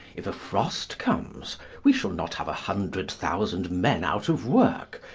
if a frost comes we shall not have a hundred thousand men out of work,